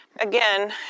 Again